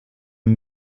amb